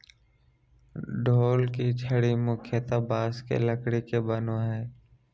ढोल के छड़ी मुख्यतः बाँस के लकड़ी के बनो हइ